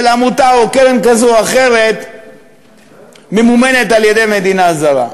עמותה או קרן כזו או אחרת ממומנת על-ידי מדינה זרה.